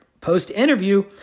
post-interview